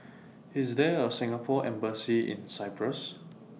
IS There A Singapore Embassy in Cyprus